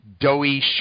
doughy